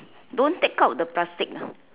don't take out the plastic